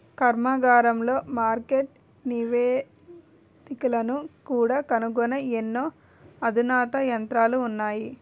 కర్మాగారాలలో మార్కెట్ నివేదికలను కూడా కనుగొనే ఎన్నో అధునాతన యంత్రాలు ఉన్నాయి